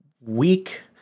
week